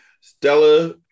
stella